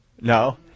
No